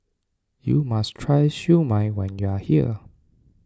you must try Siew Mai when you are here